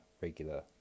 regular